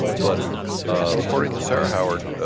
but according to sara howard,